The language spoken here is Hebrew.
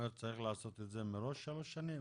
מדבר על חברות הגבייה וסעיף קטן (ב)